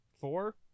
Four